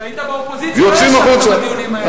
כשהיית באופוזיציה לא ישבת בדיונים האלה.